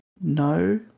No